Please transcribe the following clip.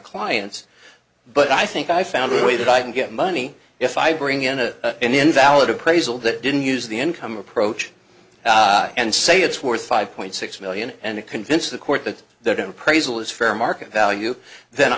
clients but i think i found a way that i can get money if i bring in a invalid appraisal that didn't use the income approach and say it's worth five point six million and to convince the court that that in praise of all is fair market value th